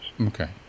Okay